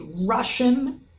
russian